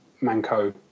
Manco